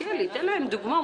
תודה, לא התקבלה.